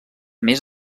més